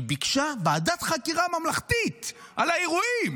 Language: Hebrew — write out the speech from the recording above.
היא ביקשה ועדת חקירה ממלכתית על האירועים,